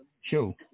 show